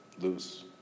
loose